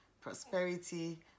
prosperity